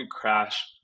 crash